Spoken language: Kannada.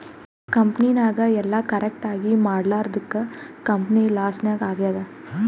ಕಂಪನಿನಾಗ್ ಎಲ್ಲ ಕರೆಕ್ಟ್ ಆಗೀ ಮಾಡ್ಲಾರ್ದುಕ್ ಕಂಪನಿ ಲಾಸ್ ನಾಗ್ ಆಗ್ಯಾದ್